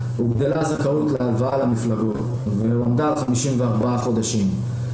הוגדלה הזכאות להלוואה למפלגה ועמדה על 54 חודשים.